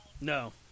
No